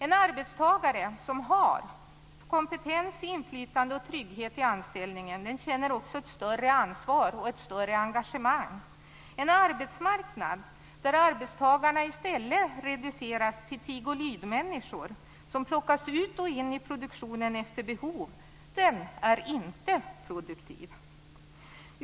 En arbetstagare som har kompetens, inflytande och trygghet i anställningen känner ett större ansvar och ett större engagemang. En arbetsmarknad där arbetstagarna i stället reduceras till tig-och-lydmänniskor som efter behov plockas ut och in i produktionen är inte produktiv.